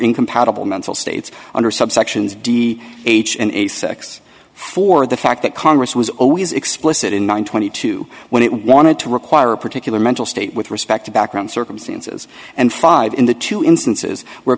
incompatible mental states under subsections d age and a sex for the fact that congress was always explicit in one thousand and two when it wanted to require a particular mental state with respect to background circumstances and five in the two instances where